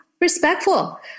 respectful